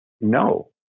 no